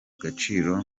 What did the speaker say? gaciro